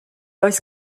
oes